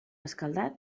escaldat